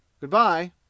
Goodbye